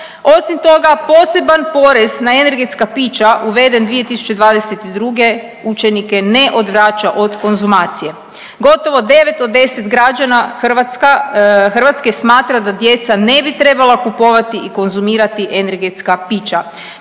Osim toga poseban porez na energetska pića uveden 2022. učenike ne odvraća od konzumacije. Gotovo devet od deset građana Hrvatske smatra da djeca ne bi trebala kupovati i konzumirati energetska pića.